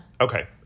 Okay